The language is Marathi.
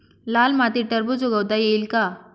लाल मातीत टरबूज उगवता येईल का?